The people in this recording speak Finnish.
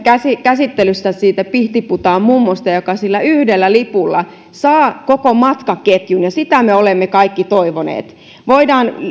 käsittelyssä pihtiputaan mummosta joka sillä yhdellä lipulla saa koko matkaketjun ja sitä me olemme kaikki toivoneet voidaan